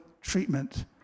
treatment